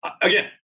again